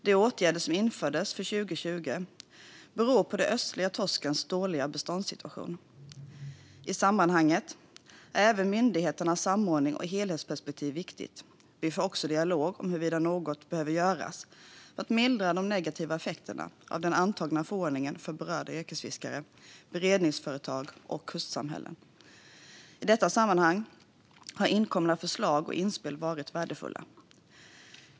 De åtgärder som infördes för 2020 beror på den östliga torskens dåliga beståndssituation. I sammanhanget är även myndigheternas samordning och helhetsperspektiv viktigt. Vi för också dialog om huruvida något behöver göras för att mildra de negativa effekterna av den antagna förordningen för berörda yrkesfiskare, beredningsföretag och kustsamhällen. I detta sammanhang har inkomna förslag och inspel varit värdefulla.